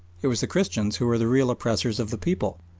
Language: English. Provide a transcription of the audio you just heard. it was the christians who were the real oppressors of the people.